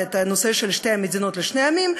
את הנושא של שתי מדינות לשני עמים.